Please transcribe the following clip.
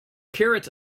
carrots